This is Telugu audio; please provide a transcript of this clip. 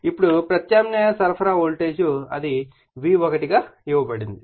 ఇప్పుడు ప్రత్యామ్నాయ సరఫరా వోల్టేజ్ అది V1 గా ఇవ్వబడింది